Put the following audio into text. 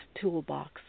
Toolbox